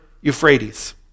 Euphrates